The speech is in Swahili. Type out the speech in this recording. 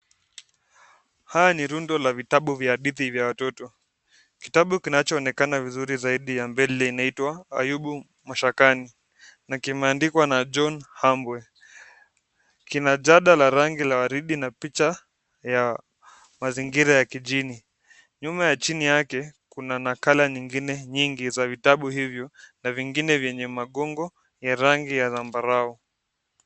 Haya ni rundo la vitabu vya hadithi vya watoto , kitabu kinachoonekana vizuri zaidi ya mbele inaitwa Ayubu mashakani na kimeandikwa na John Humble, kina jada la rangi la waridi na picha ya mazingira ya kijini ,nyuma ya chini yake kuna nakala nyingine nyingi za vitabu hivyo na vingine vyenye magongo ya rangi ya zambarau.